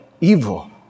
evil